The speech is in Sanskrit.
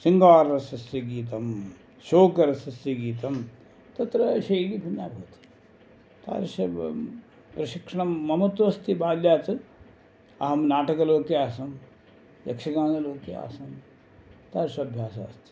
शृङ्गाररसस्य गीतं शोकरसस्य गीतं तत्र शैली भिन्ना भवति तादृशं प्रशिक्षणं मम तु अस्ति बाल्यात् अहं नाटकलोके आसम् यक्षगानलोके आसम् तादृशः अभ्यासः अस्ति